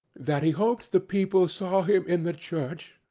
that he hoped the people saw him in the church,